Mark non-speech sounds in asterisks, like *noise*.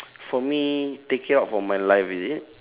*noise* for me taking out from my life is it